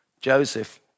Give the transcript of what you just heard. Joseph